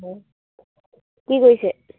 অঁ কি কৰিছে